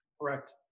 correct